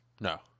no